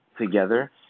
together